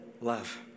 love